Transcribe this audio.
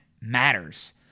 matters